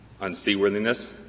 unseaworthiness